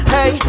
Hey